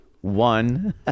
one